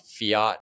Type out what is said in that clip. fiat